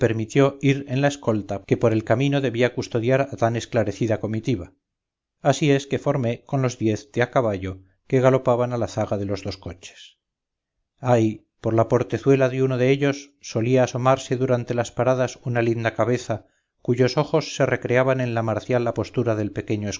ir en la escolta que por el camino debía custodiar a tan esclarecida comitiva así es que formé con los diez de a caballo que galopaban a la zaga de los dos coches ay por la portezuela de uno de ellos solía asomarse durante las paradas una linda cabeza cuyos ojos se recreaban en la marcial apostura del pequeño